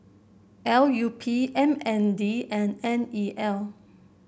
L U P M N D and N E L